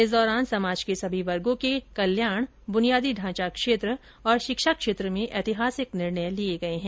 इस दौरान समाज के सभी वर्गो के कल्याण बुनियादी ढांचा क्षेत्र तथा शिक्षा क्षेत्र में ऐतिहासिक निर्णय लिये गये है